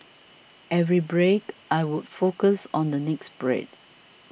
every break I would focus on the next break